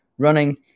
running